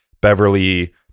beverly